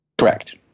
correct